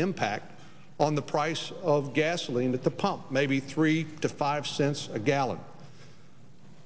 impact on the price of gasoline at the pump maybe three to five cents a gallon